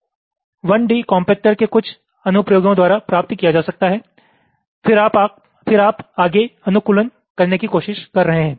जो यह है 1D कॉम्पेक्टर के कुछ अनुप्रयोगों द्वारा प्राप्त किया जा सकता है फिर आप आगे अनुकूलन करने की कोशिश कर रहे हैं